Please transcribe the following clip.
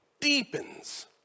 deepens